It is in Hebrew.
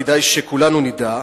כדאי שכולנו נדע,